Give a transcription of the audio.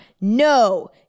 No